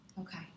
Okay